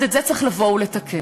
אז את זה צריך לבוא ולתקן,